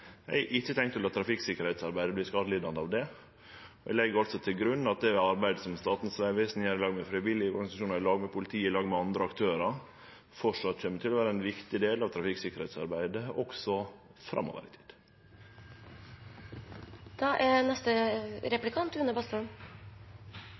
Eg har ikkje tenkt å la trafikksikkerheitsarbeidet verte skadelidande av det. Eg legg til grunn at det arbeidet som Statens vegvesen gjer i lag med frivillige organisasjonar, politiet og andre aktørar, kjem til å vere ein viktig del av trafikksikkerheitsarbeidet også framover. Jeg synes det er helt fantastisk imponerende å høre statsrådens allergi mot å ha et byfokus i samferdselspolitikken. Det er